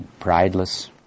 Prideless